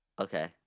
Okay